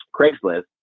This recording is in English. Craigslist